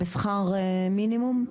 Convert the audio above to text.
בשכר מינימום?